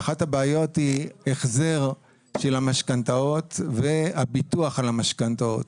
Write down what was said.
ואחת הבעיות היא החזר של המשכנתאות והביטוח על המשכנתאות.